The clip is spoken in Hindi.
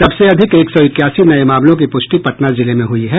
सबसे अधिक एक सौ इक्यासी नये मामलों की पुष्टि पटना जिले में हुई हैं